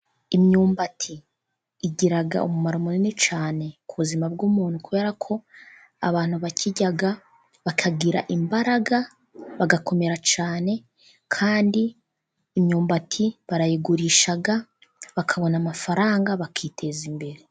Imyumbati igira umumaro munini cyane ku buzima bw'umuntu, kubera ko abantu bayirya bakagira imbaraga bagakomera cyane ,kandi imyumbati barayigurisha ,bakabona amafaranga bakiteza imbere.